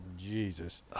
Jesus